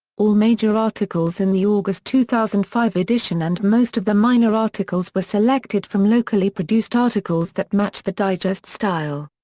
all major articles in the august two thousand and five edition and most of the minor articles were selected from locally-produced articles that matched the digest style.